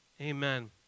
Amen